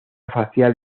facial